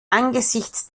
angesichts